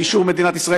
באישור מדינת ישראל,